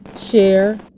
share